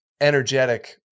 energetic